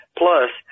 plus